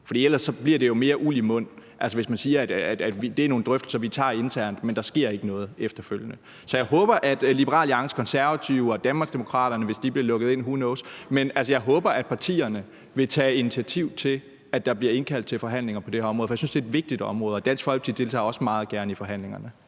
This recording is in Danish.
for ellers bliver det jo mere uld i mund, altså hvis man siger, at det er nogle drøftelser, man tager internt, men så sker der ikke noget efterfølgende. Så jeg håber, at partierne, altså Liberal Alliance, Konservative og Danmarksdemokraterne, hvis de bliver lukket ind – who knows – vil tage initiativ til, at der bliver indkaldt til forhandlinger på det her område, for jeg synes, det er et vigtigt område. Og Dansk Folkeparti deltager også meget gerne i forhandlingerne.